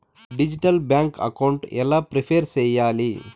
Digital bank account ఎలా prepare సెయ్యాలి?